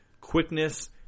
quickness